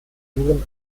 figuren